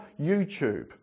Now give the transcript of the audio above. YouTube